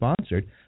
sponsored